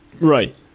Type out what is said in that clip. Right